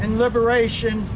and liberation